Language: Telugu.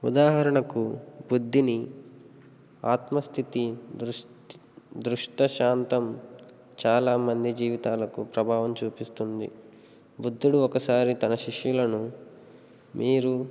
ఉదాహరణకు బుద్ధిని ఆత్మస్థితి దృష్టి దృష్టాంతం చాలా మంది జీవితాలకు ప్రభావం చూపిస్తుంది బుద్ధుడు ఒకసారి తన శిశ్యులను మీరు